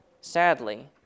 Sadly